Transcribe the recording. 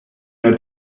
nur